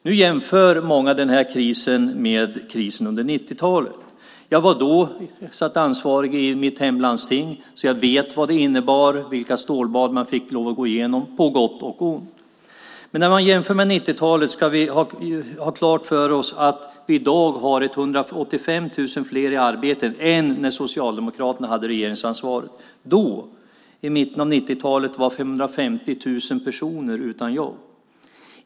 Nu jämför många den här krisen med krisen under 90-talet. Jag var då ansvarig i mitt hemlandsting, och jag vet vad det innebar och vilka stålbad man fick gå igenom på gott och ont. Men när man jämför med 90-talet ska man ha klart för sig att vi i dag har 185 000 fler i arbete än när Socialdemokraterna hade regeringsansvaret. Då, i mitten av 90-talet, var 550 000 personer utan jobb.